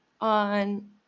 on